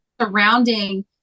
surrounding